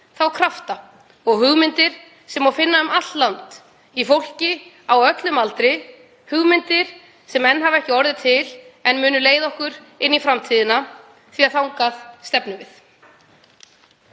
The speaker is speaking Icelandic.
þá krafta og hugmyndir sem má finna um allt land í fólki á öllum aldri, hugmyndir sem enn hafa ekki orðið til en munu leiða okkur inn í framtíðina því þangað stefnum við.